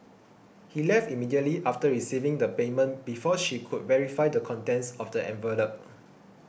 he left immediately after receiving the payment before she could verify the contents of the envelope